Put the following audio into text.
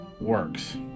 works